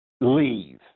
leave